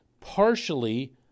partially